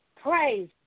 Praise